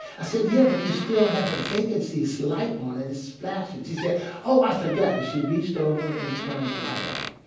i said, yeah, but you still have the vacancies light on, and it's flashing. she said, oh, i forgot. and she reached over and turned the light off.